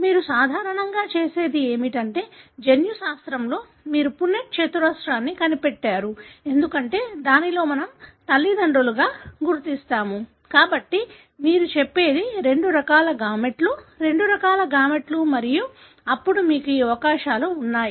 మీరు సాధారణంగా చేసేది ఏమిటంటే జన్యుశాస్త్రంలో మీరు పున్నెట్ చతురస్రాన్ని పెట్టారు ఎందుకంటే దాన్ని మనము తల్లిదండ్రులుగా గుర్తిస్తాము కాబట్టి మీరు చెప్పేది రెండు రకాల గామేట్లు రెండు రకాల గామేట్లు మరియు అప్పుడు మీకు ఈ అవకాశాలు ఉన్నాయి